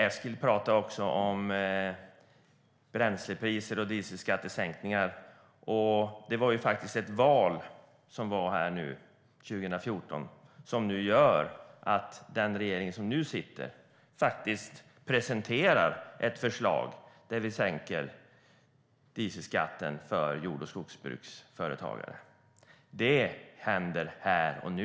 Eskil talar också om bränslepriser och dieselskattesänkningar. Det var ju faktiskt ett val 2014 som nu gör att den regering som nu sitter presenterar ett förslag där man sänker dieselskatten för jord och skogsbruksföretagare. Det händer här och nu.